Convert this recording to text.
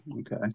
Okay